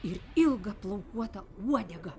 ir ilga plaukuota uodega